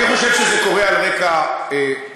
אני חושב שזה קורה על רקע פריפריאלי,